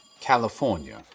California